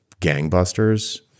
gangbusters